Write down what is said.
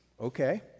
Okay